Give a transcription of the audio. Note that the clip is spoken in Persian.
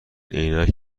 عینک